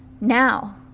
Now